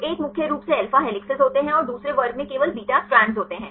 तो एक में मुख्य रूप से अल्फा हेलिसेस होते हैं और दूसरे वर्ग में केवल बीटा स्ट्रैंड होते हैं